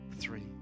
three